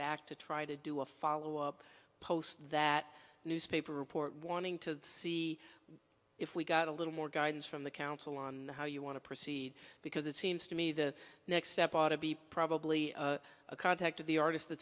back to try to do a follow up post that newspaper report wanting to see if we got a little more guidance from the council on how you want to proceed because it seems to me the next step out of the probably a contact of the artist that